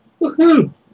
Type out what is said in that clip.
Woohoo